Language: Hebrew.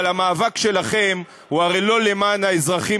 אבל המאבק שלכם הוא הרי לא למען האזרחים